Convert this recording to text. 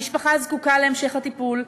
המשפחה זקוקה להמשך טיפול,